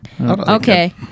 Okay